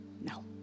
No